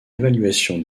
l’évaluation